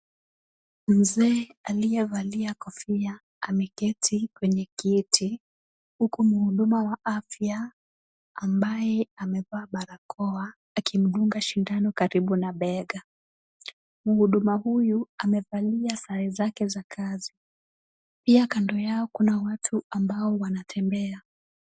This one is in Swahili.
Mzee aliyevalia kofia ameketi kwenye kiti, huku muhudumu wa afya ambaye amevaa barakoa akimdunga sindano karibu na bega. Muhudumu huyu amevalia sare zake za kazi. Pia kando yao kuna watu ambao wanatembea.